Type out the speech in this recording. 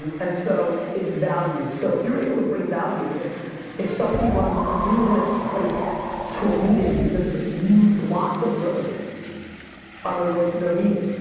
and and so, it's value, so if you're able to bring value, if if somebody runs three minutes late to a meeting because you blocked the road on the way to their meeting,